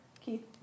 Keith